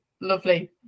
Lovely